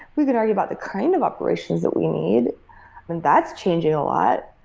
we can argue about the kind of operations that we need, and that's changing a lot.